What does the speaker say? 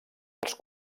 els